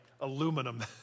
aluminum